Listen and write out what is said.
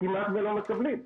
כמעט ולא מקבלים.